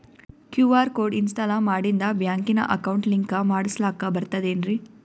QR code install ಮಾಡಿಂದ ಬ್ಯಾಂಕಿನ account link ಮಾಡಸ್ಲಾಕ ಬರ್ತದೇನ್ರಿ